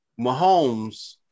Mahomes